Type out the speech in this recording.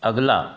अगला